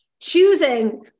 choosing